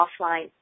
offline